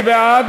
מי בעד?